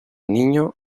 niño